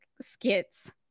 skits